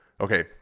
Okay